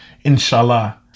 Inshallah